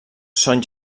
són